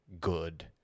good